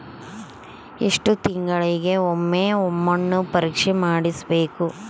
ಎಷ್ಟು ತಿಂಗಳಿಗೆ ಒಮ್ಮೆ ಮಣ್ಣು ಪರೇಕ್ಷೆ ಮಾಡಿಸಬೇಕು?